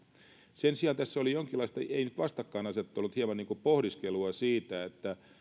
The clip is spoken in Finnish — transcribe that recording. sen sijaan tässä oli jonkinlaista ei ei nyt vastakkainasettelua mutta hieman niin kuin pohdiskelua siitä